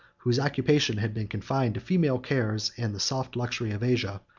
whose occupations had been confined to female cares and the soft luxury of asia,